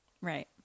right